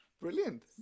brilliant